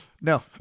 no